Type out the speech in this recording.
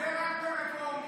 הוא עונה רק לרפורמים.